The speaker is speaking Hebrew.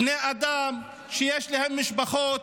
בני אדם שיש להם משפחות,